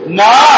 no